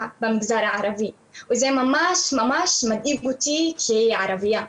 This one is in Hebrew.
במגזר הערבי וזה ממש ממש מדאיג אותי כערבייה.